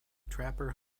trapper